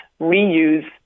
reuse